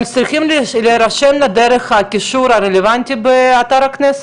הם צריכים להירשם דרך הקישור הרלוונטי באתר הכנסת,